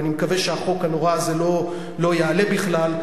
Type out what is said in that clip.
ואני מקווה שהחוק הנורא הזה לא יעלה בכלל.